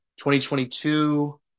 2022